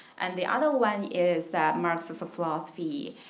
and the other one is that marxism philosophy,